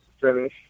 finish